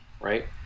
Right